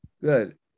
Good